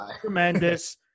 tremendous